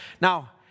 Now